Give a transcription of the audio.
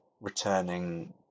returning